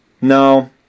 No